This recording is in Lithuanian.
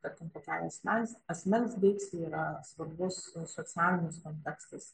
tarkim kokiai asmens asmens deiksei yra svarbus socialinis kontekstas